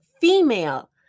female